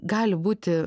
gali būti